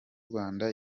rwanda